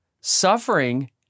Suffering